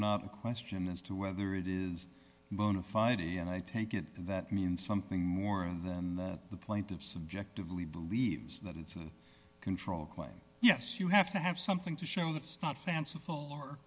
not a question as to whether it is bona fide and i take it that means something more than that the plaintiff subjectively believes that it's a control claim yes you have to have something to show that's not fanciful or